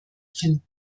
finden